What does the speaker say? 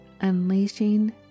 Unleashing